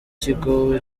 kigo